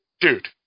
dude